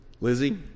Lizzie